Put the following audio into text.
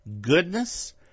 goodness